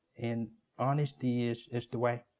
and honesty is is the way.